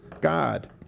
God